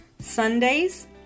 Sundays